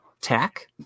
Tack